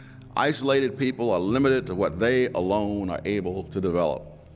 isolated people are limited to what they alone are able to develop.